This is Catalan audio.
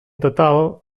total